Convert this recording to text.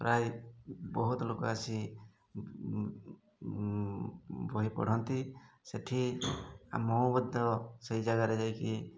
ପ୍ରାୟ ବହୁତ ଲୋକ ଆସି ବହି ପଢ଼ନ୍ତି ସେଠି ମୁଁ ମଧ୍ୟ ସେଇ ଜାଗାରେ ଯାଇକି